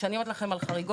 וכשאני אומרת לכם על חריגות,